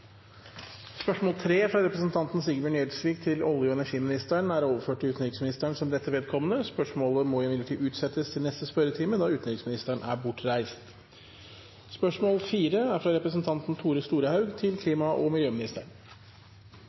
Spørsmål 3, fra representanten Sigbjørn Gjelsvik til olje- og energiministeren, er overført til utenriksministeren som rette vedkommende. Spørsmålet må imidlertid utsettes til neste spørretime, da utenriksministeren er bortreist. «Det er